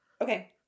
Okay